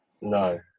No